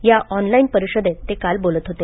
या ऑनलाईन परिषदेत ते काल बोलत होते